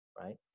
right